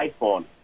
iPhone